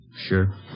Sure